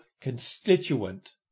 constituent